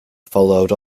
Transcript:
followed